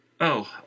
Oh